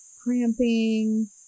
cramping